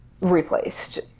replaced